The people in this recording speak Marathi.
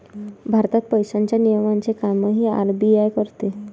भारतात पैशांच्या नियमनाचे कामही आर.बी.आय करते